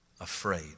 afraid